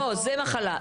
לא, זה מחלה.